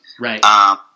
right